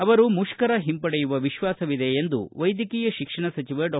ಅವರು ಮುಷ್ಕರ ಹಿಂಪಡೆಯುವ ವಿಶ್ವಾಸವಿದೆ ಎಂದು ವೈದ್ಯಕೀಯ ಶಿಕ್ಷಣ ಸಚಿವ ಡಾ